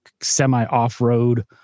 semi-off-road